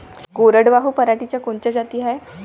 कोरडवाहू पराटीच्या कोनच्या जाती हाये?